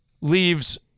leaves